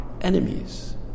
enemies